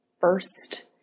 first